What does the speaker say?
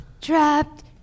trapped